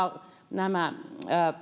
nämä